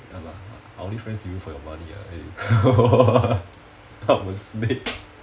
ya lah I'm only friends with you for your money ah I'm a snake